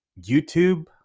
YouTube